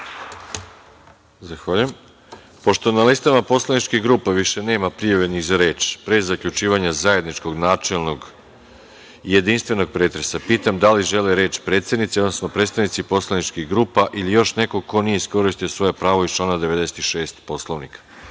Marinković** Pošto na listama poslaničkih grupa više nema prijavljenih za reč, pre zaključivanja zajedničkog načelnog jedinstvenog pretresa, pitam da li žele reč predsednici, odnosno predstavnici poslaničkih grupa ili još neko ko nije iskoristio svoje pravo iz člana 96. Poslovnika? Reč